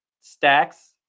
stacks